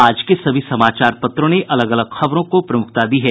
आज के सभी समाचार पत्रों ने अलग अलग खबरों को प्रमुखता दी है